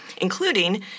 including